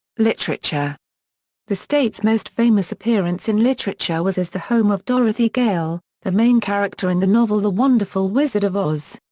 literature the state's most famous appearance in literature was as the home of dorothy gale, the main character in the novel the wonderful wizard of oz.